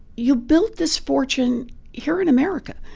you built this fortune here in america.